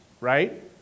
right